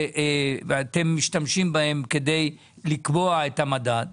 ואתם משתמשים בהם כדי לקבוע את המדד.